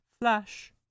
Flash